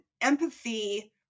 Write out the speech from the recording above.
empathy